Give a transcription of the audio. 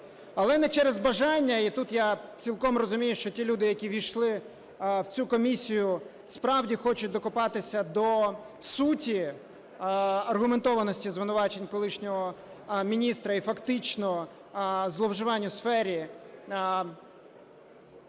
але не через бажання. І тут я цілком розумію, що ті люди, які увійшли в цю комісію, справді хочуть докопатись до суті аргументованості звинувачень колишнього міністра і фактично зловживань у сфері